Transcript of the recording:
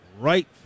right